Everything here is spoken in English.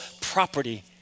property